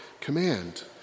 command